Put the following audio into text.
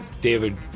David